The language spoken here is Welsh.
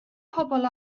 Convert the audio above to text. pobl